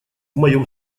моем